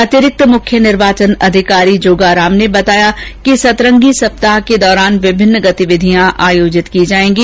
अतिरिक्त मुख्य निर्वाचन अधिकारी जोगाराम ने बताया कि सतरंगी सप्ताह के दौरान विभिन्न गतिविधियां आयोजित की जाएंगी